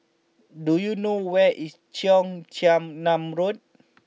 do you know where is Cheong Chin Nam Road